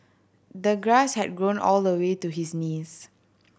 the grass had grown all the way to his knees